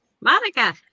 Monica